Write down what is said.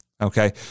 okay